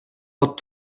pot